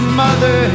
mother